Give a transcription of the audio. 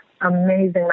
amazing